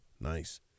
Nice